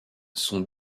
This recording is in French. sont